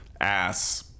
ass